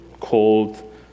cold